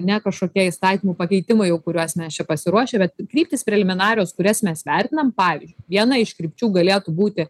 ne kažkokie įstatymų pakeitimai jau kuriuos mes čia pasiruošę bet kryptys preliminarios kurias mes vertinam pavyzdžiui viena iš krypčių galėtų būti